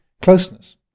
closeness